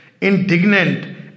indignant